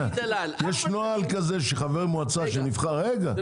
יש נוהל כזה שחבר מועצה שנבחר --- זה